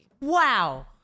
Wow